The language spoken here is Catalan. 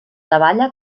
davalla